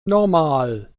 normal